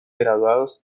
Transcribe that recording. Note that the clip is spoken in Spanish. graduados